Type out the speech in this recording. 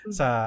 sa